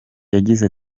yagize